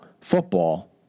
football